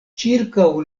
ĉirkaŭ